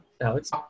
Alex